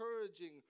encouraging